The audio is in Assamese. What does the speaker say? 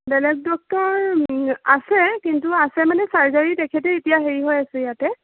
বেলেগ ডক্টৰ আছে কিন্তু আছে মানে চাৰ্জাৰীত তেখেতেই এতিয়া হেৰি হৈ আছে ইয়াতে